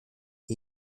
die